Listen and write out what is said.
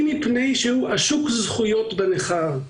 אם מפני שהוא עשוק זכויות בנכר,